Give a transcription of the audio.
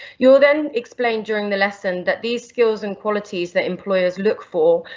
you'll then explain, during the lesson, that these skills and qualities that employers look for,